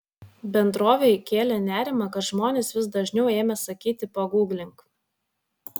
bendrovei kėlė nerimą kad žmonės vis dažniau ėmė sakyti paguglink